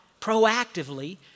proactively